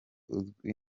uzwi